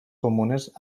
comunes